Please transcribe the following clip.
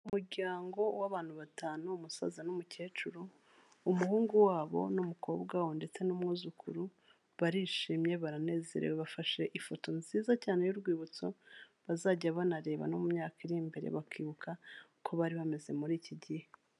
Umuryango w'abantu batanu umusaza n'umukecuru, umuhungu wabo n'umukobwa wabo ndetse n'umwuzukuru, barishimye baranezerewe bafashe ifoto nziza cyane y'urwibutso, bazajya banareba no mu myaka iri imbere bakibuka uko bari bameze muri iki gihe.